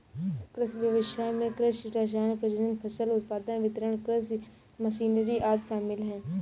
कृषि व्ययसाय में कृषि रसायन, प्रजनन, फसल उत्पादन, वितरण, कृषि मशीनरी आदि शामिल है